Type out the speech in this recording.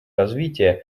развития